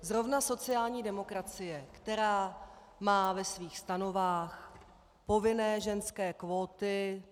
Zrovna sociální demokracie, která má ve svých stanovách povinné ženské kvóty.